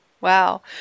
Wow